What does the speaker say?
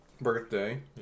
birthday